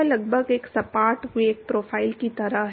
तो यह लगभग एक सपाट वेग प्रोफ़ाइल की तरह है